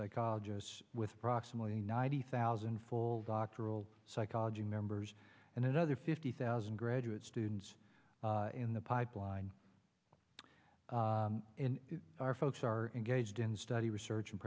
psychologists with proximately ninety thousand full doctoral psychology members and another fifty thousand graduate students in the pipeline in our folks are engaged in study research and